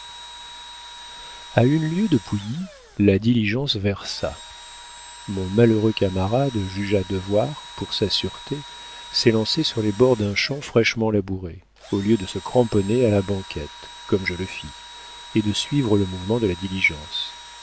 a une lieue de pouilly la diligence versa mon malheureux camarade jugea devoir pour sa sûreté s'élancer sur les bords d'un champ fraîchement labouré au lieu de se cramponner à la banquette comme je le fis et de suivre le mouvement de la diligence